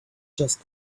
just